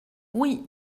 oui